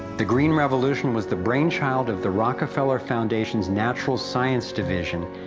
the green revolution was the brainchild of the rockefeller foundation's natural science division,